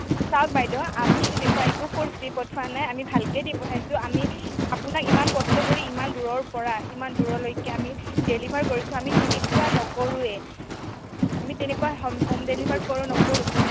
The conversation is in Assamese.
চাওক বাইদেউ আমি তেনেকুৱা একো ফ্ৰোটচ দি পঠোৱা নাই আমি ভালকৈ দি পঠাইছোঁ আমি আপোনাক ইমান কষ্ট কৰি ইমান দূৰৰ পৰা ইমান দূৰলৈকে আমি ডেলিভাৰ কৰিছোঁ আমি তেনেকুৱা নকৰোয়েই আমি তেনেকুৱা হ'ম হ'ম ডেলিভাৰ কৰ নকৰোঁ